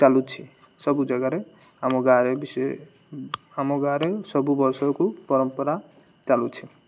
ଚାଲୁଛି ସବୁ ଜାଗାରେ ଆମ ଗାଁରେବି ସିଏ ଆମ ଗାଁରେ ସବୁ ବର୍ଷକୁ ପରମ୍ପରା ଚାଲୁଛି